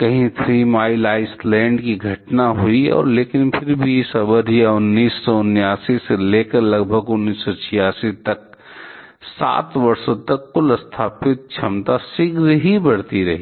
कहीं Three Mile Island की घटना हुई है और लेकिन फिर भी इस अवधि या 1979 से लेकर लगभग 1986 तक 7 वर्षों तक कुल स्थापित क्षमता शीघ्र ही बढ़ती रही